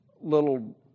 little